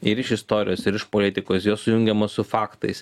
ir iš istorijos ir iš politikos jos sujungiamos su faktais